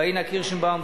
פניה קירשנבאום,